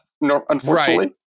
unfortunately